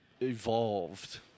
evolved –